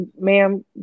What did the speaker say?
ma'am